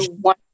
one